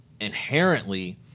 Inherently